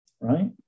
right